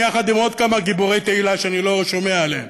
יחד עם עוד כמה גיבורי תהילה שאני לא שומע עליהם